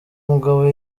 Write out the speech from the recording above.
mugabo